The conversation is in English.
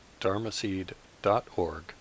dharmaseed.org